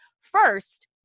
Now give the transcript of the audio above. first